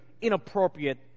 inappropriate